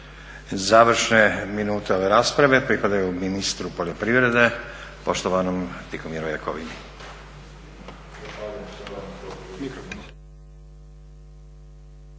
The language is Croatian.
Završene minute ove rasprave pripadaju ministru poljoprivrede poštovanom Tihomiru Jakovini.